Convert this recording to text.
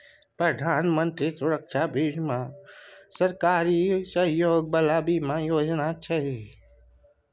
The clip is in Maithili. प्रधानमंत्री सुरक्षा बीमा योजना सरकारी सहयोग बला बीमा योजना छै